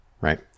Right